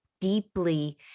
deeply